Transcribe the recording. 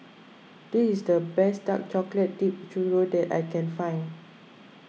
this is the best Dark Chocolate Dipped Churro that I can find